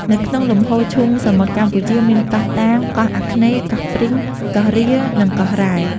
នៅក្នុងលំហឈូងសមុទ្រកម្ពុជា មានកោះ តាង កោះអាគ្នេយ៍ កោះព្រីង កោះរៀ និង កោះរ៉ែ ។